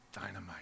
Dynamite